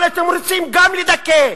אבל אתם רוצים גם לדכא,